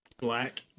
black